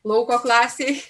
lauko klasėj